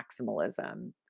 maximalism